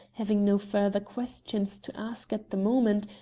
having no further questions to ask at the moment,